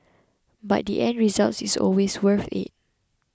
but the end result is always worth it